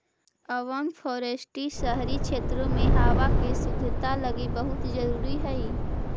urban forestry शहरी क्षेत्रों में हावा के शुद्धता लागी बहुत जरूरी हई